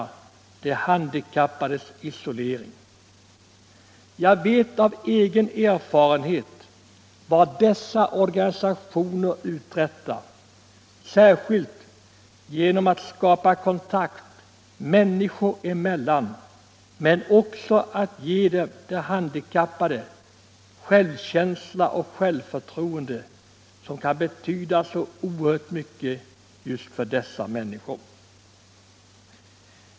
Jag vet av egen erfarenhet vad dessa organisationer uträttar, särskilt genom att skapa kontakt människor emellan men också genom att ge de handikappade självkänsla och självför troende som kan betyda så erhört mycket just för dessa människor.